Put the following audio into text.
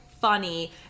funny